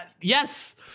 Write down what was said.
Yes